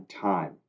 time